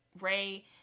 Ray